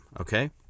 okay